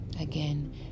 Again